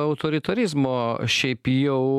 autoritarizmo šiaip jau